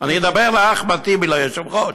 אני מדבר אל אחמד טיבי, היושב-ראש,